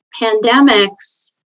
pandemics